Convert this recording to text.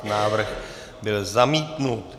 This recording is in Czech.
Návrh byl zamítnut.